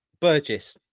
Burgess